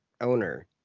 owner